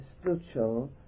spiritual